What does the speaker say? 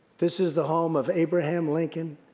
this is the home of abraham lincoln,